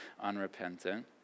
unrepentant